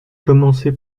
commencée